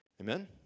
Amen